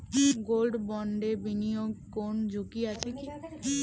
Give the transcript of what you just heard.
Gold বন্ডে বিনিয়োগে কোন ঝুঁকি আছে কি?